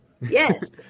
Yes